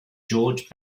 george